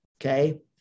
Okay